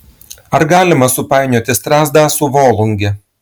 ar galima supainioti strazdą su volunge